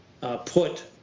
put